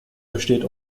besteht